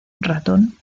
ratón